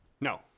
no